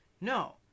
No